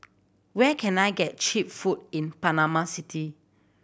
where can I get cheap food in Panama City